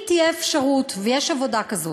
אם תהיה אפשרות, ויש עבודה כזאת,